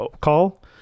call